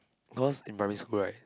because in primary school right